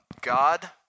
God